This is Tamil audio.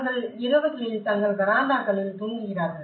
அவர்கள் இரவுகளில் தங்கள் வராண்டாக்களில் தூங்குகிறார்கள்